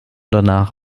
danach